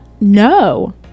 no